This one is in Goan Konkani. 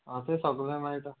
आं तें सगळें मेळटा